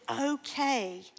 okay